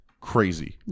crazy